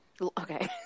Okay